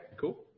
cool